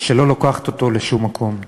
שלא לוקחת אותנו לשום מקום.